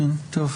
טוב.